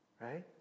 right